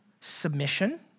submission